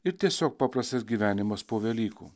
ir tiesiog paprastas gyvenimas po velykų